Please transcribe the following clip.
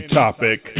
topic